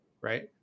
Right